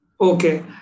Okay